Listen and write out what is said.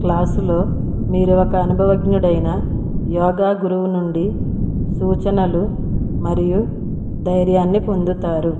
క్లాసులో మీరు ఒక అనుభవజ్ఞుడైన యోగా గురువు నుండి సూచనలు మరియు ధైర్యాన్ని పొందుతారు